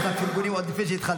יש לך פרגונים עוד לפני שהתחלת.